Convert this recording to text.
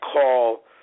call